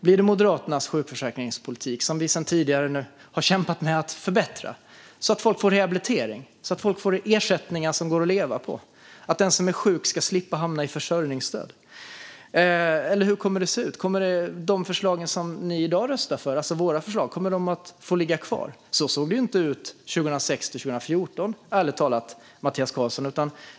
Blir det Moderaternas sjukförsäkringspolitik som vi sedan tidigare har kämpat med att förbättra så att folk får rehabilitering och ersättningar som det går att leva på så att den som är sjuk slipper hamna i försörjningsstöd? Hur kommer det att se ut? Kommer de förslag som ni i dag röstar för, alltså våra förslag, att få ligga kvar? Så såg det ärligt talat inte ut 2006-2014, Mattias Karlsson.